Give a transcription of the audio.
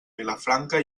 vilafranca